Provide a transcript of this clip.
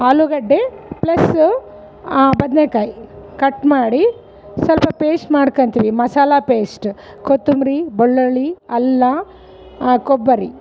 ಆಲುಗಡ್ಡೆ ಪ್ಲಸ್ಸು ಬದನೇಕಾಯ್ ಕಟ್ ಮಾಡಿ ಸ್ವಲ್ಪ ಪೇಸ್ಟ್ ಮಾಡ್ಕೋತೀವಿ ಮಸಾಲ ಪೇಸ್ಟ್ ಕೊತ್ತುಂಬರಿ ಬೆಳ್ಳುಳ್ಳಿ ಅಲ್ಲ ಕೊಬ್ಬರಿ